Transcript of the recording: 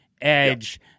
edge